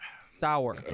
sour